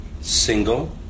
Single